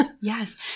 Yes